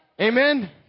Amen